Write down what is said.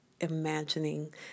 imagining